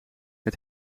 het